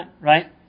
right